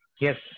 Yes